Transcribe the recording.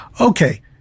Okay